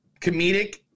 comedic